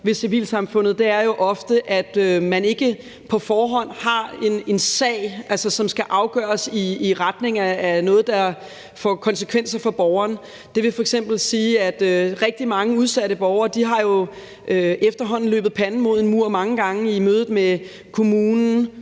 er jo ofte, at man ikke på forhånd har en sag, som skal afgøres i retning af noget, der får konsekvenser for borgeren. Det vil f.eks. sige, at rigtig mange udsatte borgere jo efterhånden har løbet panden mod en mur mange gange i mødet med kommunen,